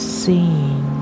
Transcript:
seeing